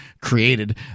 created